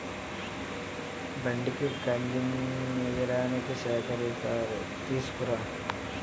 బండికి కందినేయడానికి సేకుతీసుకురా